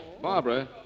Barbara